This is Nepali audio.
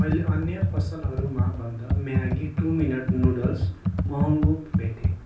मैले अन्य पसलहरूमाभन्दा म्यागी टु मिनेट नुडल्स महँगो भेटेँ